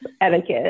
etiquette